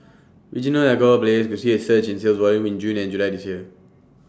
regional alcohol players could see A surge in sales volumes in June and July this year